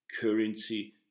currency